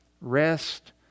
Rest